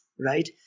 right